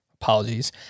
Apologies